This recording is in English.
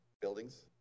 buildings